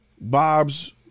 Bob's